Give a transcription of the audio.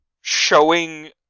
showing